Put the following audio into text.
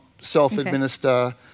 self-administer